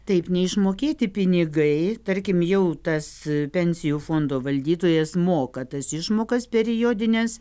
taip neišmokėti pinigai tarkim jau tas pensijų fondo valdytojas moka tas išmokas periodines